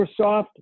Microsoft